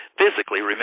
physically